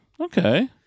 okay